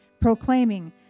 proclaiming